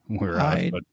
Right